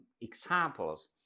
examples